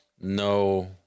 no